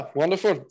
wonderful